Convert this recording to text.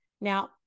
Now